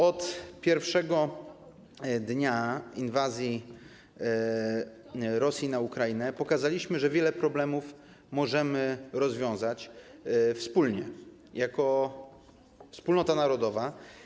Od pierwszego dnia inwazji Rosji na Ukrainę pokazujemy, że wiele problemów możemy rozwiązać wspólnie, jako wspólnota narodowa.